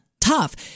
tough